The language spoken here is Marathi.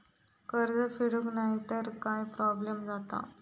कर्ज फेडूक नाय तर काय प्रोब्लेम जाता?